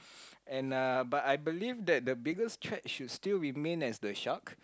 and uh but I believe that the biggest catch should still remain as the shark